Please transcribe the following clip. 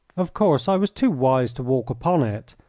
of course, i was too wise to walk upon it,